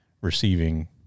receiving